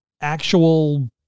actual